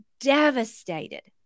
devastated